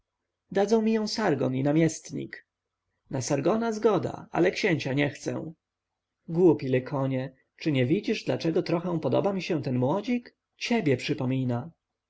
dadzą mi sargon i namiestnik na sargona zgoda ale księcia nie chcę głupi lykonie czyli nie widzisz dlaczego trochę podoba mi się ten młodzik ciebie przypomina